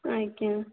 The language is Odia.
ଆଜ୍ଞା